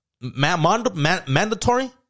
mandatory